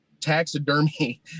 taxidermy